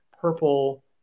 purple